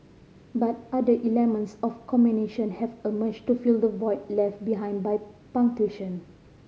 but other of communication have emerged to fill the void left behind by punctuation